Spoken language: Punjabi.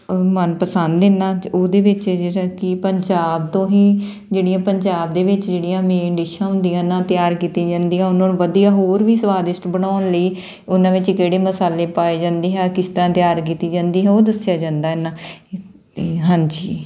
ਮਨਪਸੰਦ ਐਨਾ ਉਹਦੇ ਵਿੱਚ ਜਿਹੜਾ ਕਿ ਪੰਜਾਬ ਤੋਂ ਹੀ ਜਿਹੜੀਆਂ ਪੰਜਾਬ ਦੇ ਵਿੱਚ ਜਿਹੜੀਆਂ ਮੇਨ ਡਿਸ਼ਾਂ ਹੁੰਦੀਆਂ ਨਾ ਤਿਆਰ ਕੀਤੀਆਂ ਜਾਂਦੀਆਂ ਉਹਨਾਂ ਨੂੰ ਵਧੀਆ ਹੋਰ ਵੀ ਸਵਾਦਿਸ਼ਟ ਬਣਾਉਣ ਲਈ ਉਹਨਾਂ ਵਿੱਚ ਕਿਹੜੇ ਮਸਾਲੇ ਪਾਏ ਜਾਂਦੇ ਹੈ ਕਿਸ ਤਰ੍ਹਾਂ ਤਿਆਰ ਕੀਤੀ ਜਾਂਦੀ ਹੈ ਉਹ ਦੱਸਿਆ ਜਾਂਦਾ ਨਾ ਅਤੇ ਹਾਂਜੀ